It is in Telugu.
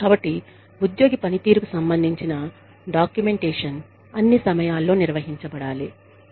కాబట్టి ఉద్యోగి పనితీరుకు సంబంధించిన డాక్యుమెంటేషన్ అన్ని సమయాల్లో నిర్వహించబడాలి